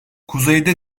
kuzeyde